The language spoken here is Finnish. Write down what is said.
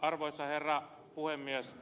arvoisa herra puhemies